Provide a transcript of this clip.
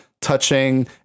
touching